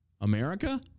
America